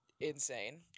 insane